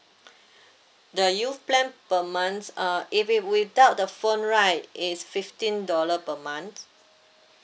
the youth plan per months uh if it without the phone right is fifteen dollar per month